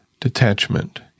detachment